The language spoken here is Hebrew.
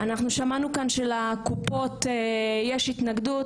אנחנו שמענו כאן שלקופות יש התנגדות,